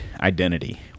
identity